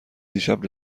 دیشب